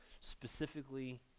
specifically